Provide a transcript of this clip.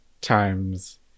times